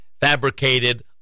fabricated